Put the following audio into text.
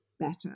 better